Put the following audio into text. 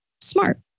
Smart